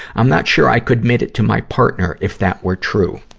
i'm not sure i could admit it to my partner, if that were true.